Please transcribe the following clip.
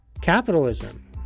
capitalism